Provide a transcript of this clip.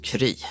Kry